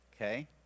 Okay